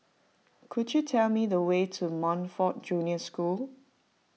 could you tell me the way to Montfort Junior School